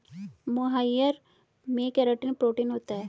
मोहाइर में keratin protein होता है